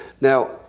Now